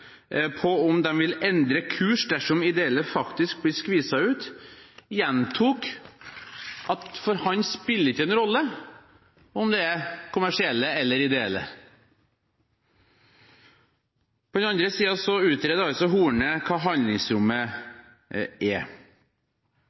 på om man ville endre kurs dersom de ideelle faktisk blir skviset ut, gjentok han at det for ham ikke spiller noen rolle om det er kommersielle eller ideelle. På den andre siden utreder altså statsråd Horne hva handlingsrommet er.